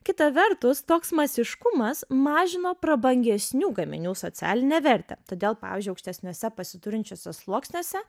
kita vertus toks masiškumas mažino prabangesnių gaminių socialinę vertę todėl pavyzdžiui aukštesniuose pasiturinčiuose sluoksniuose